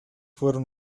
fueron